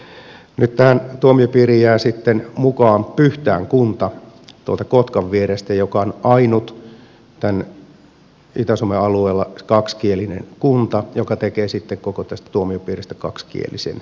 nyt tähän tuomiopiiriin jää sitten mukaan pyhtään kunta tuolta kotkan vierestä joka on tämän itä suomen alueella ainut kaksikielinen kunta joka tekee sitten koko tästä tuomiopiiristä kaksikielisen